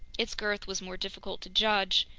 its girth was more difficult to judge,